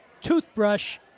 toothbrush